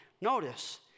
notice